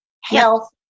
health